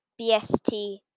BST